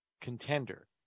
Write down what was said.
contender